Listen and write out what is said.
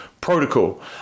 protocol